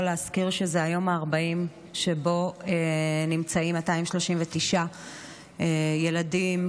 להזכיר שזה היום ה-40 שבו נמצאים 239 ילדים,